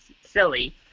silly